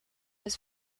his